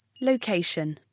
Location